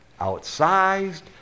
outsized